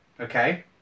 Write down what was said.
okay